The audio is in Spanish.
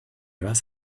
vas